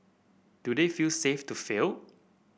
do they feel safe to fail